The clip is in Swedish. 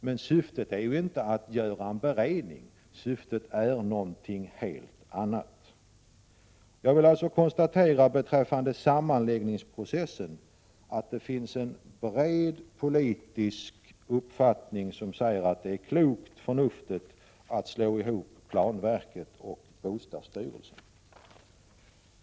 Men syftet är inte att göra en beredning, utan något helt annat. Jag konstaterar således beträffande sammanläggningsprocessen att det finns en bred politisk uppfattning om att det är klokt och förnuftigt att slå ihop planverket och bostadsstyrelsen.